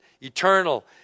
eternal